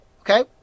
Okay